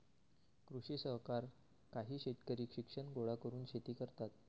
कृषी सहकार काही शेतकरी शिक्षण गोळा करून शेती करतात